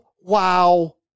wow